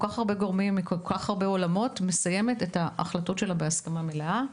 כך הרבה גורמים וכל כך הרבה עולמות מסיימת את ההחלטות בהסכמה מלאה.